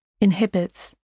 inhibits